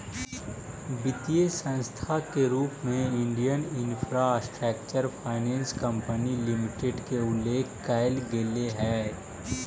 वित्तीय संस्था के रूप में Indian infrastructure finance company limited के उल्लेख कैल गेले हइ